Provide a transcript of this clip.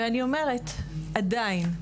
ועדיין,